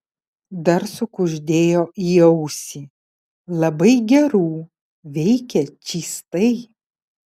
dar sukuždėjo į ausį labai gerų veikia čystai